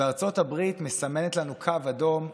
וארצות הברית מסמנת לנו קו אדום,